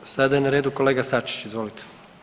Sada je na redu kolega Sačić, izvolite.